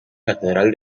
catedral